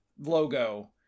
logo